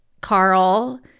carl